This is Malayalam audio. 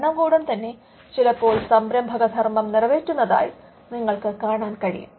ഭരണകൂടം തന്നെ ചിലപ്പോൾ സംരഭകധർമ്മം നിറവേറ്റുന്നതായി നിങ്ങൾക്ക് കാണാൻ കഴിയും